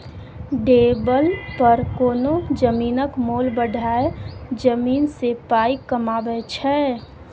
developer कोनो जमीनक मोल बढ़ाए जमीन सँ पाइ कमाबै छै